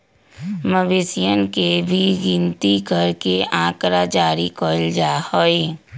मवेशियन के भी गिनती करके आँकड़ा जारी कइल जा हई